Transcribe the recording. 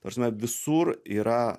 ta prasme visur yra